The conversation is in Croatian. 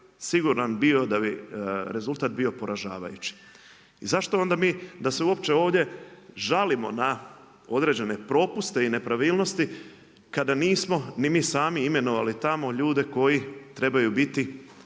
siguran bio da bi rezultat bio poražavajući. I zašto onda mi da se uopće ovdje žalimo na određene propuste i nepravilnosti kada nismo ni mi sami imenovali tamo ljude koji trebaju biti